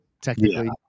technically